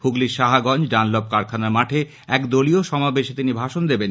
হুগলীর সাহাগঞ্জ ডানলপ কারখানার মাঠে এক দলীয় সমাবেশে তিনি ভাষণ দেবেন